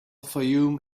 fayoum